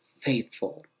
faithful